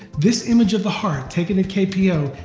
this image of the heart, taken at kpo,